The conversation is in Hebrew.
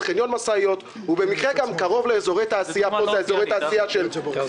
החלטה שלא נוכל לעשות איתה דבר וחצי דבר.